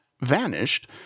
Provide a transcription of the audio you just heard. vanished